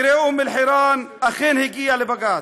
מקרה אום-אלחיראן אכן הגיע לבג"ץ,